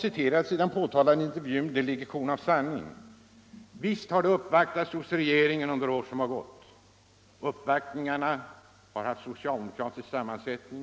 ur den omnämnda intervjun ligger några korn av sanning. Visst har det förekommit uppvaktningar för regeringen under år som gått. De uppvaktningarna har haft socialdemokratisk sammansättning.